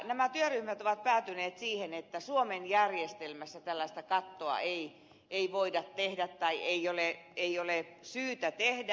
nämä työryhmät ovat päätyneet siihen että suomen järjestelmässä tällaista kattoa ei voida tehdä tai ei ole syytä tehdä